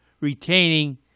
retaining